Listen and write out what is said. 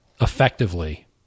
effectively